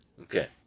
Okay